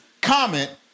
comment